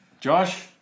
Josh